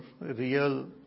real